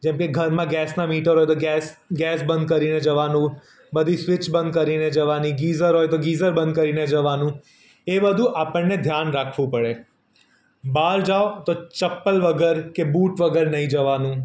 જેમકે ઘરમાં ગેસનાં મીટર હોય તો ગેસ ગેસ બંધ કરીને જવાનું બધી સ્વિચ બંધ કરીને જવાની ગીઝર હોય તો ગીઝર બંધ કરીને જવાનું એ બધું આપણને ધ્યાન રાખવું પડે બહાર જાઓ તો ચપ્પલ વગર કે બુટ વગર નહીં જવાનું